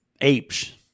apes